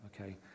okay